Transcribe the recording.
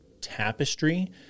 tapestry